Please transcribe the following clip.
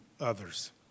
others